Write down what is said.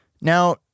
Now